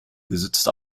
besitzt